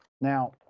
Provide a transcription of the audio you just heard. Now